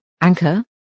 Anchor